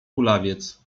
kulawiec